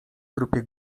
trupie